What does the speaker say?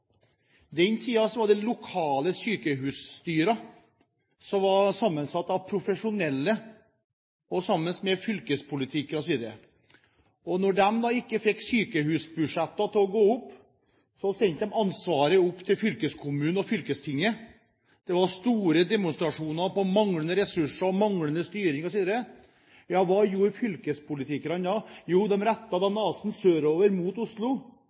den tiden da fylkeskommunen hadde ansvaret for sykehusene. Den tiden var det lokale sykehusstyrer, som var sammensatt av profesjonelle sammen med fylkespolitikere osv. Når de ikke fikk sykehusbudsjettene til å gå opp, sendte de ansvaret over til fylkeskommunene og fylkestinget. Det var store demonstrasjoner angående manglende ressurser, manglende styring osv. Hva gjorde fylkespolitikerne da? Jo, de rettet nesen sørover mot Oslo,